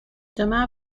dyma